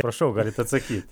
prašau galit atsakyt